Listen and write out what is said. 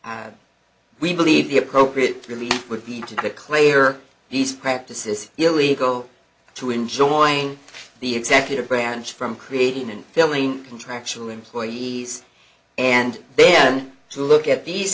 we believe the appropriate relief would be to the clay are these practices illegal to enjoying the executive branch from creating and filling contractual employees and then to look at these